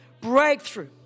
breakthrough